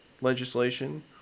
legislation